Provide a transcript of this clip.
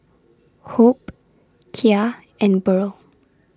Hope Kya and Burl